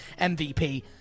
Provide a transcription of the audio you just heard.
MVP